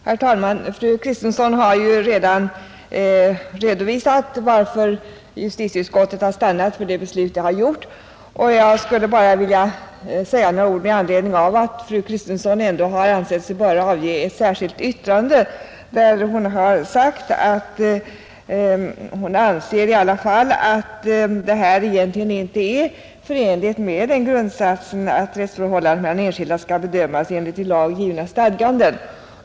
Herr talman! Fru Kristensson har ju redan redovisat varför justitieut skottet har stannat för det beslut det har gjort. Jag skulle bara vilja säga Nr 101 några ord i anledning av att fru Kristensson ändå har ansett sig böra avge Tisdagen den ett särskilt yttrande, där hon har sagt att hon anser i alla fall att detta 1 juni 1971 egentligen inte är förenligt med den grundsatsen att rättsförhållandena mellan enskilda skall bedömas enligt i lag givna stadganden.